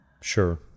sure